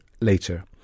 later